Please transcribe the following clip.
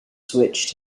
switched